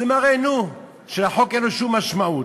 זה מראה לנו שלחוק אין שום משמעות.